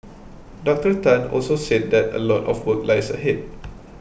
Doctor Tan also said that a lot of work lies ahead